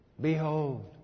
Behold